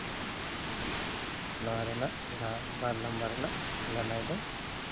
ᱱᱚᱣᱟ ᱨᱮᱱᱟᱜ ᱡᱟᱦᱟᱸ ᱵᱟᱨ ᱱᱟᱢᱵᱟᱨ ᱨᱮᱱᱟᱜ ᱞᱟᱹᱱᱟᱹᱭ ᱫᱚ